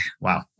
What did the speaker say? wow